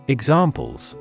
Examples